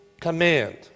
command